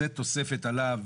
לתת תוספת עליו